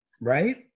Right